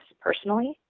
personally